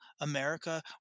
America